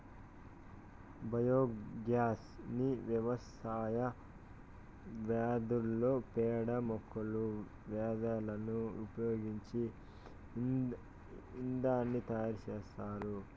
biogas ని వ్యవసాయ వ్యర్థాలు, పేడ, మొక్కల వ్యర్థాలను ఉపయోగించి ఇంధనాన్ని తయారు చేత్తారు